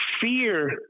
fear